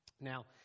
Now